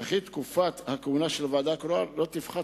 וכי תקופת הכהונה של ועדה קרואה לא תפחת,